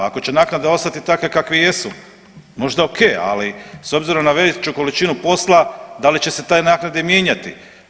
Ako će naknada ostati takva kakve jesu možda o.k. Ali s obzirom na veću količinu posla da li će se te naknade mijenjati?